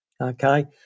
Okay